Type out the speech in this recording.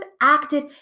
acted